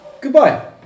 Goodbye